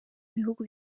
bihugu